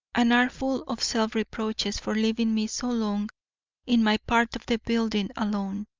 and are full of self-reproaches for leaving me so long in my part of the building alone.